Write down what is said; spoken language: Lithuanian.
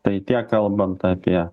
tai tiek kalbant apie